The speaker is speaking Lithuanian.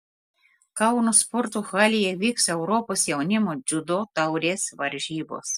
kauno sporto halėje vyks europos jaunimo dziudo taurės varžybos